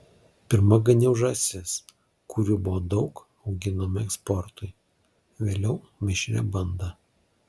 pirma ganiau žąsis kurių buvo daug auginama eksportui vėliau mišrią bandą